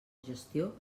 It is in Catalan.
gestió